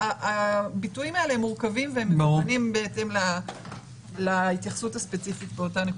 הביטויים האלה מורכבים ומתוקנים בהתאם להתייחסות הספציפית באותה נקודה.